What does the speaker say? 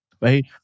right